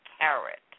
carrot